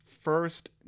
first